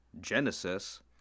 Genesis